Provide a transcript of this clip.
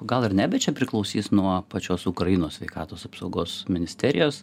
gal ir ne bet čia priklausys nuo pačios ukrainos sveikatos apsaugos ministerijos